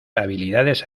habilidades